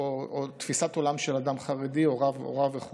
או תפיסת עולם של אדם חרדי או רב וכו'.